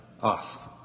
off